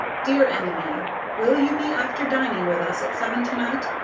dear enemy will you be after dining with us at seven tonight?